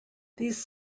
these